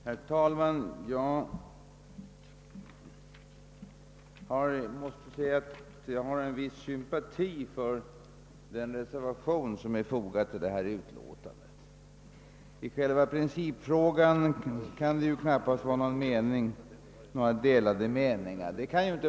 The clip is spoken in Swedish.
Herr talman! Jag har en viss sympati för den reservation som är fogad till detta utlåtande. I själva principfrågan kan det knappast råda några delade meningar.